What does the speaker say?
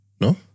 No